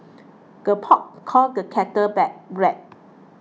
the pot call the kettle back black